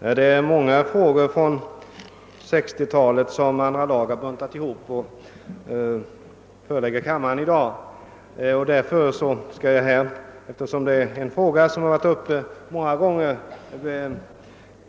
Herr talman! Det är många frågor från 1960-talet som andra lagutskottet har buntat ihop och förelägger kammaren i dag. Eftersom förevarande fråga varit uppe många gånger skall jag